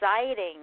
exciting